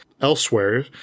elsewhere